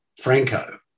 Franco